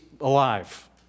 alive